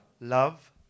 love